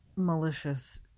Malicious